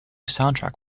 soundtrack